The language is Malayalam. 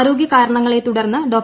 ആര്യോഗ്യ കാരണങ്ങളെ തുടർന്ന് ഡോ